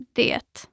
det